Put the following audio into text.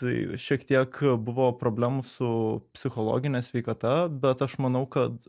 tai šiek tiek buvo problemų su psichologine sveikata bet aš manau kad